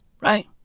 right